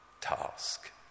task